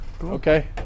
Okay